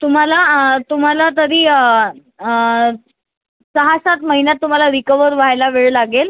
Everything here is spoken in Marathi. तुम्हाला तुम्हाला तरी सहा सात महिन्यात तुम्हाला रिकवर व्हायला वेळ लागेल